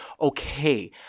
Okay